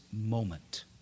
moment